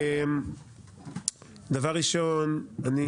דבר ראשון, אני